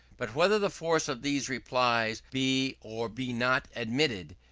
but whether the force of these replies be or be not admitted,